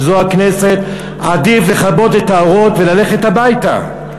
אם זו הכנסת, עדיף לכבות את האורות וללכת הביתה,